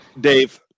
dave